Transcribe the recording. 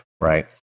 Right